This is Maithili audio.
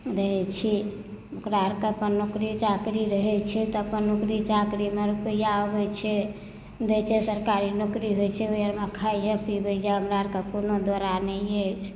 रहैत छी ओकरा आओरके अपन नौकरी चाकरी रहैत छै तऽ अपन नौकरी चाकरीमे रुपैआ अबैत छै दैत छै सरकारी नौकरी होइत छै ओहिआओरमे खाइए पीबैए हमरा आओरके कोनो द्वारा नहि अछि